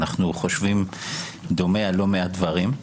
אנחנו חושבים דומה על לא מעט דברים.